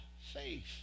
faith